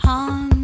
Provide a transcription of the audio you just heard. on